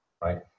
right